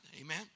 Amen